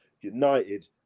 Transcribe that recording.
United